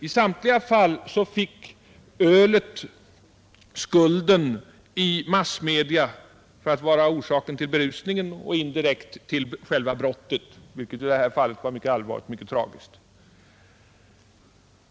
I samtliga fall fick ölet i massmedia skulden för berusningen och indirekt för själva brottet — vilket i detta fall var mycket tragiskt.